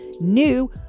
new